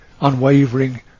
unwavering